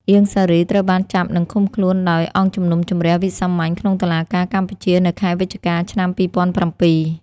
អៀង សារី ត្រូវបានចាប់និងឃុំខ្លួនដោយ អង្គជំនុំជម្រះវិសាមញ្ញក្នុងតុលាការកម្ពុជា នៅខែវិច្ឆិកា ឆ្នាំ២០០៧ ។